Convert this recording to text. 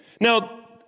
Now